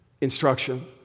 instruction